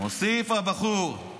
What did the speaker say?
מוסיף הבחור: